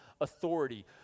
authority